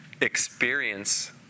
Experience